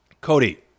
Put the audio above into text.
Cody